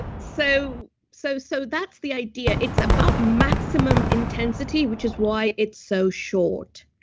so so so that's the idea. it's about maximum intensity which is why it's so short.